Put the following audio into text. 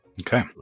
Okay